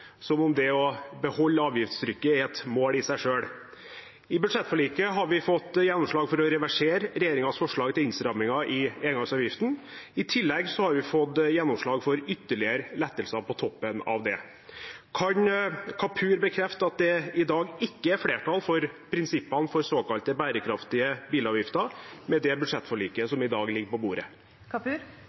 som om det å beholde avgiftstrykket er et mål i seg selv. I budsjettforliket har vi fått gjennomslag for å reversere regjeringens forslag til innstramminger i engangsavgiften. I tillegg har vi fått gjennomslag for ytterligere lettelser på toppen av det. Kan Kapur bekrefte at det i dag ikke er flertall for prinsippene for såkalte bærekraftige bilavgifter, med det budsjettforliket som i dag ligger på bordet?